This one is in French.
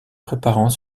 préparant